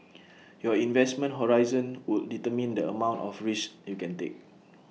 your investment horizon would determine the amount of risks you can take